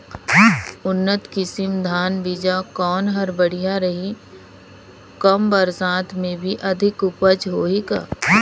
उन्नत किसम धान बीजा कौन हर बढ़िया रही? कम बरसात मे भी अधिक उपज होही का?